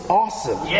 awesome